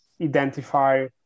identify